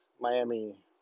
Miami